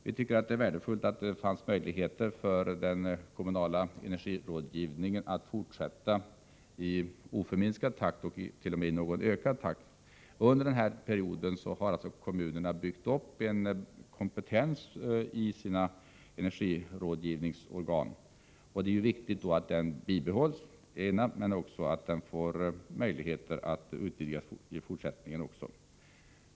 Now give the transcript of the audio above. Vi anser att det är värdefullt att den kommunala energirådgivningen har möjligheter att fortsätta sin verksamhet i oförminskad och t.o.m. något ökad takt. Under denna period har kommunerna byggt upp en kompetens i sina energirådgivningsorgan, och det är viktigt både att den bibehålls och att den får möjligheter att utvidgas också i fortsättningen.